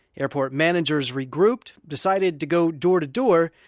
airport managers regrouped, decided to go door-to-door.